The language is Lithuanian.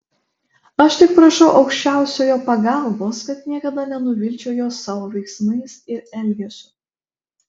aš tik prašau aukščiausiojo pagalbos kad niekada nenuvilčiau jo savo veiksmais ir elgesiu